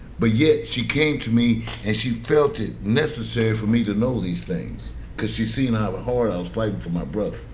but yet she came to me and she felt it necessary for me to know these things cause she's seen how ah hard i was fighting for my brother.